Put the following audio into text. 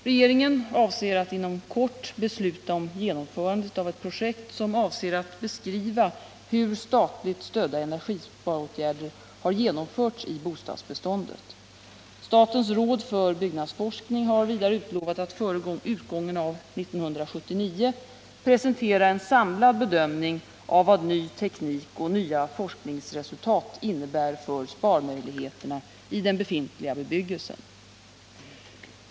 Regeringen avser att inom kort besluta om genomförandet av ett projekt som avser att beskriva hur statligt stödda energisparåtgärder har genomförts i bostadsbeståndet. Statens råd för byggnadsforskning har vidare utlovat att före utgången av 1979 presentera en samlad bedömning av vad ny teknik och nya forskningsresultat innebär för sparmöjligheterna i den befintliga bebyggelsen.